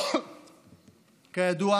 כידוע,